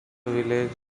village